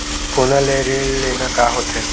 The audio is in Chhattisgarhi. सोना ले ऋण लेना का होथे?